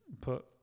put